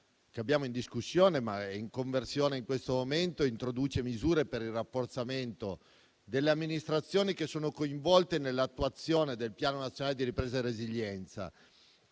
che abbiamo in discussione in questo momento introduce misure per il rafforzamento delle amministrazioni che sono coinvolte nell'attuazione del Piano nazionale di ripresa e resilienza